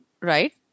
Right